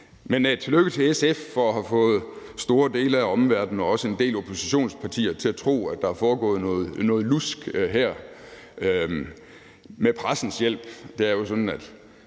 Men tillykke til SF for at have fået store dele af omverdenen og også en del oppositionspartier til at tro, at der er foregået noget lusk her, med pressens hjælp. Det er jo sådan, at